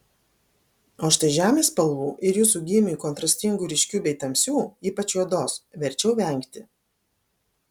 o štai žemės spalvų ir jūsų gymiui kontrastingų ryškių bei tamsių ypač juodos verčiau vengti